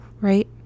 right